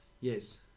Yes